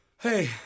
Hey